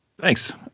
thanks